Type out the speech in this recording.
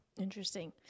Interesting